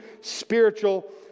spiritual